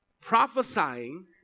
Prophesying